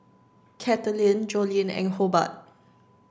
Katelin Joline and Hobart